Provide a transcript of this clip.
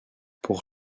pour